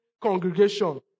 congregation